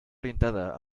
orientada